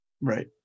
Right